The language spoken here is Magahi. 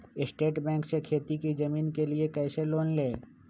स्टेट बैंक से खेती की जमीन के लिए कैसे लोन ले?